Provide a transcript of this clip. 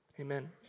Amen